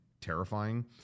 terrifying